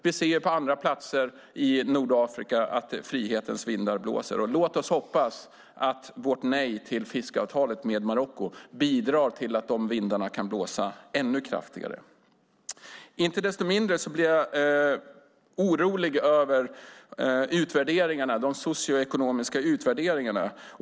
Vi ser ju på andra platser i Nordafrika att frihetens vindar blåser. Låt oss hoppas att vårt nej till fiskeavtalet med Marocko bidrar till att de vindarna kan blåsa ännu kraftigare. Inte desto mindre blir jag orolig över de socioekonomiska utvärderingarna.